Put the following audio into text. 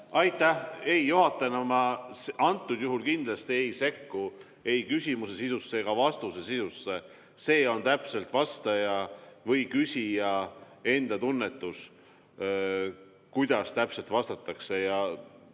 Aitäh! Ei, juhatajana ma antud juhul kindlasti ei sekku ei küsimuse sisusse ega vastuse sisusse. See on täpselt vastaja või küsija enda tunnetus, kuidas täpselt vastatakse.